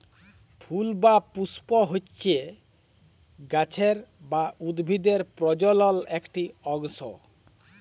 ফুল বা পুস্প হচ্যে গাছের বা উদ্ভিদের প্রজলন একটি অংশ